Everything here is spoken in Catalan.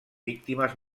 víctimes